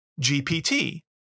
GPT